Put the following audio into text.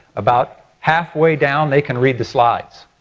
about halfway down they can read the slides.